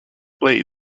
blades